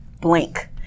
blink